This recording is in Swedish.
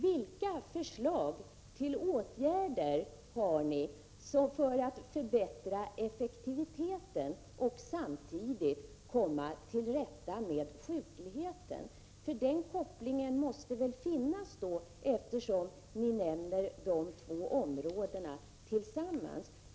Vilka förslag till åtgärder har ni för att förbättra effektiviteten och samtidigt komma till rätta med sjukligheten? Den kopplingen måste väl finnas, eftersom ni nämner de här två områdena samtidigt.